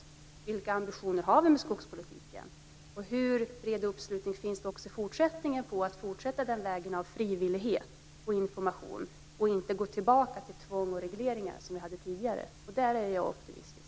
Jag tittar på vilka ambitioner vi ska ha med skogspolitiken och hur bred uppslutning finns det om att fortsätta på vår nuvarande väg av frivillighet och information och om att inte gå tillbaka tillbaka till tvång och regleringar, som vi hade tidigare. Där är jag optimist.